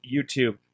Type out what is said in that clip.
YouTube